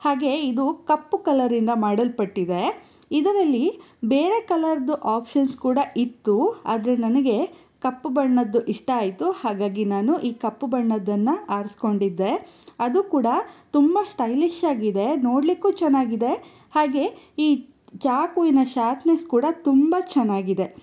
ಹಾಗೆ ಇದು ಕಪ್ಪು ಕಲರಿಂದ ಮಾಡಲ್ಪಟ್ಟಿದೆ ಇದರಲ್ಲಿ ಬೇರೆ ಕಲರ್ದು ಆಪ್ಷನ್ಸ್ ಕೂಡ ಇತ್ತು ಆದರೆ ನನಗೆ ಕಪ್ಪು ಬಣ್ಣದ್ದು ಇಷ್ಟ ಆಯಿತು ಹಾಗಾಗಿ ನಾನು ಈ ಕಪ್ಪು ಬಣ್ಣದ್ದನ್ನು ಆರಿಸಿಕೊಂಡಿದ್ದೆ ಅದು ಕೂಡ ತುಂಬ ಸ್ಟೈಲಿಷ್ ಆಗಿದೆ ನೋಡಲಿಕ್ಕೂ ಚೆನ್ನಾಗಿದೆ ಹಾಗೆ ಈ ಚಾಕುವಿನ ಶಾರ್ಪ್ನೆಸ್ ಕೂಡ ತುಂಬ ಚೆನ್ನಾಗಿದೆ